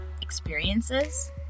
experiences